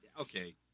Okay